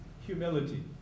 humility